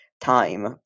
time